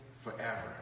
forever